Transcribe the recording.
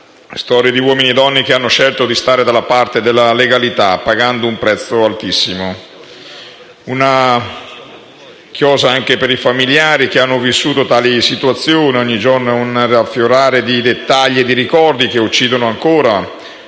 storie di uomini e donne che hanno scelto di stare dalla parte della legalità, pagando un prezzo altissimo. Voglio fare una chiosa anche per i familiari, che hanno vissuto tali situazioni. Ogni giorno è un riaffiorare di dettagli e di ricordi che uccidono ancora: